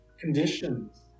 conditions